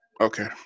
Okay